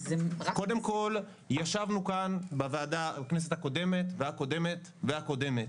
קודם כל ישבנו כאן בוועדה בכנסת הקודמת והקודמת והקודמת